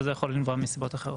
או מסיבות אחרות.